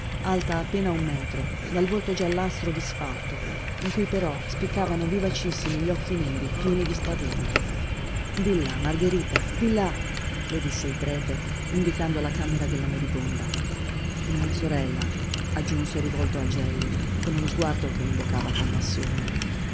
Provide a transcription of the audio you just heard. alta appena un metro dal volto giallastro disfatto in cui però spiccavano vivacissimi gli occhi neri pieni di spavento di là margherita di là le disse il prete indicando la camera della moribonda mia sorella aggiunse rivolto al gelli con uno sguardo che invocava compassione